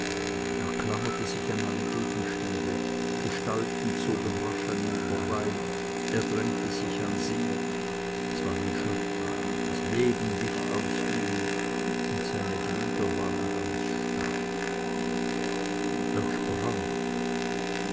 er klammerte sich an alle gegenstände gestalten zogen rasch an ihm vorbei er drängte sich an sie es waren schatten das leben wich aus ihm und seine glieder waren ganz starr er sprach